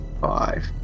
five